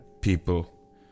people